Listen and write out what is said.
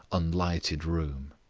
unlighted room.